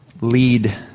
lead